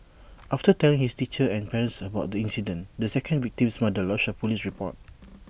after telling his teacher and parents about the incident the second victim's mother lodged A Police report